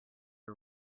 are